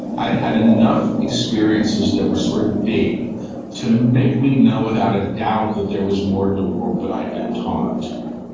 i've had enough experiences that were sort of big to make me know without a doubt that there was more to the world that i'd been taught.